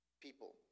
people